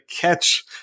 catch